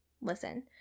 Listen